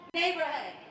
neighborhood